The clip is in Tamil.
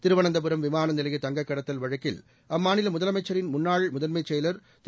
திருவனந்தபுரம் விமான நிலைய தங்கக்கடத்தல் வழக்கில் அம்மாநில முதலமைச்சரின் முன்னாள் முதன்மச் செயலர் திரு